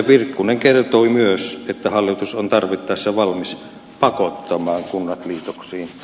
virkkunen kertoi myös että hallitus on tarvittaessa valmis pakottamaan kunnat liitoksiin